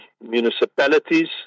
municipalities